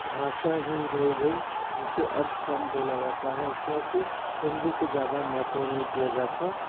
भाषा ही रह गई जिसे अब कम बोला जाता है क्योंकि हिंदी को ज़्यादा महत्व नहीं दिया जाता